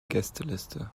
gästeliste